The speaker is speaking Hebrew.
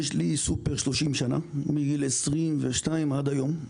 יש לי סופר 30 שנה, מגיל 22 ועד היום.